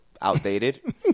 outdated